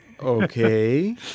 Okay